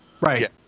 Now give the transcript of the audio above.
Right